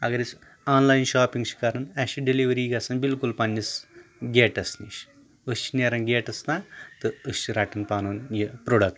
اگر أسۍ online shopping چھِ کَرَان اَسِہ چھِ ڈلِؤری گَژھان بالکل پنٛنِس گیٹَس نِش أسۍ چھِ نیران گیٹَس تانۍ تہٕ أسۍ چھِ رَٹان پَنُن یہِ پروٚڈَکٹ